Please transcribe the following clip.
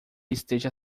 esteja